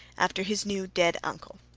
after his new dead uncle.